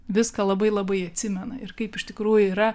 viską labai labai atsimena ir kaip iš tikrųjų yra